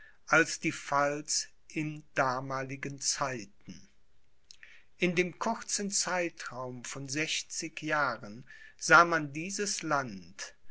als die pfalz in damaligen zeiten in dem kurzen zeitraum von sechzig jahren sah man dieses land